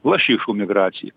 lašišų migraciją